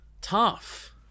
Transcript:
Tough